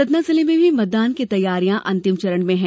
सतना जिले में भी मतदान की तैयारियां अंतिम चरण में है